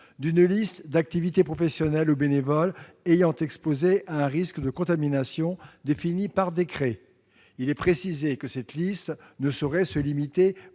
une liste d'activités professionnelles ou bénévoles ayant exposé à un risque de contamination, étant précisé que cette liste ne saurait se limiter